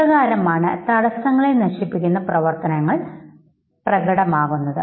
ഇപ്രകാരമാണ് തടസ്സങ്ങളെ നശിപ്പിക്കുന്ന പ്രവർത്തനങ്ങൾ പ്രകടമാകുന്നത്